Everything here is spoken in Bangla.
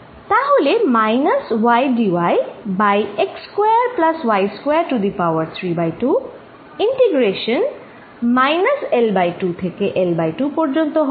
তাহলে minus ydy by x square plus y square to the power 32 integration t minus L2 থেকে L2 পর্যন্ত হবে